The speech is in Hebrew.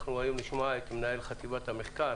אנחנו היום נשמע את מנהל חטיבת המחקר